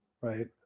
right